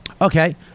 Okay